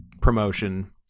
promotion